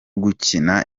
gukina